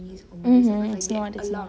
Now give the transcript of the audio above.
mm it's not